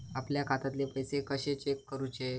आपल्या खात्यातले पैसे कशे चेक करुचे?